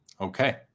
okay